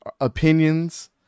opinions